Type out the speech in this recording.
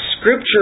Scripture